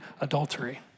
adultery